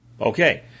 Okay